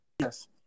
yes